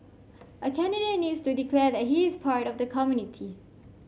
a candidate needs to declare that he is part of the community